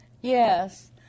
Yes